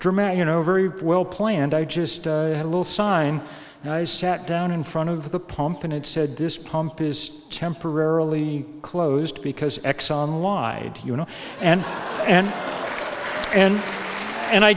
dramatic you know very well planned i just had a little sign and i sat down in front of the pump and it said this pump is temporarily closed because exxon lied you know and and and and i